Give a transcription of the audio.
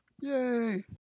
Yay